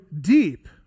deep